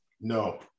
No